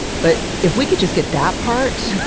but if we could just get that part,